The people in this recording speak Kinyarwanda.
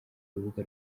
rubuga